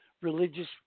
religious